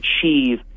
achieve